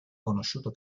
conosciuto